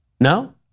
No